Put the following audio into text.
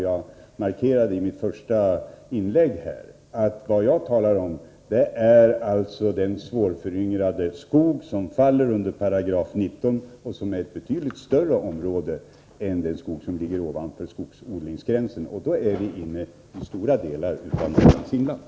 Jag markerade också i mitt första inlägg att vad jag talar om är den svårföryngrade skog som faller under 19 § och som utgör ett betydligt större område än den skog som ligger ovanför skogsodlingsgränsen. Då är vi inne i stora delar av Norrlands inland.